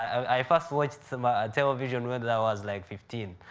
i first watched some ah television when i was like fifteen,